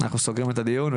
אנחנו סוגרים כעת את הדיון,